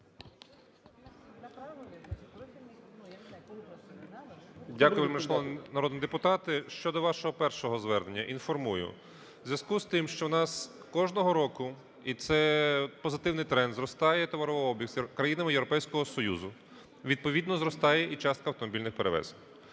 Дякую, вельмишановні народні депутати. Щодо вашого першого звернення, інформую. У зв'язку з тим, що у нас кожного року, і це позитивний тренд, зростає товарообіг з країнами Європейського Союзу, відповідно зростає і частка автомобільних перевезень.